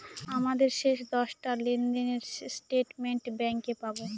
আমাদের শেষ দশটা লেনদেনের স্টেটমেন্ট ব্যাঙ্কে পাবো